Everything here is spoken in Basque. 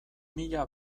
mila